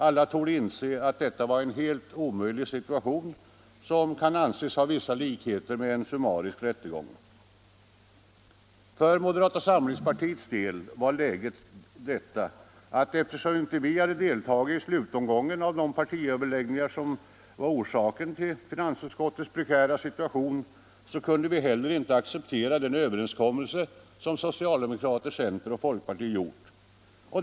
Alla torde inse att detta var en helt omöjlig situation som kan anses ha vissa likheter med en summarisk rättegång. För moderata samlingspartiets del var läget det att eftersom vi inte deltagit i slutomgången av de partiledaröverläggningar som var orsaken till finansutskottets prekära situation, så kunde vi heller inte acceptera den överenskommelse som socialdemokraterna, centerpartiet och folkpartiet gjort.